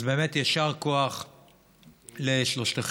אז יישר כוח לשלושתכם,